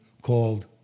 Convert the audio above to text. called